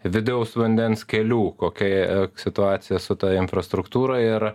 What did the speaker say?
vidaus vandens kelių kokia situacija su ta infrastruktūra ir